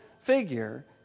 figure